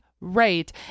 Right